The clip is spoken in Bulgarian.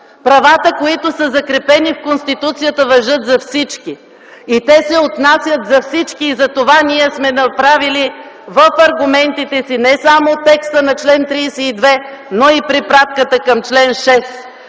Правата, които са закрепени в Конституцията важат за всички и те се отнасят за всички, и затова ние сме направили в аргументите си не само текста на чл. 32, но и препратката към чл. 6,